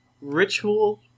ritual